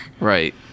Right